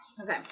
Okay